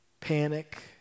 panic